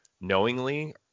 knowingly